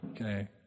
okay